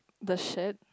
the shirt